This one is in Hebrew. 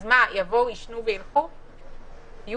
אז מה, יבואו, יִשְּׁנוּ וילכו?